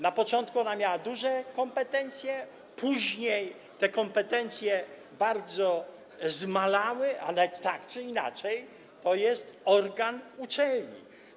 Na początku ona miała duże kompetencje, później te kompetencje bardzo zmalały, ale tak czy inaczej jest to organ uczelni.